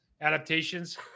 adaptations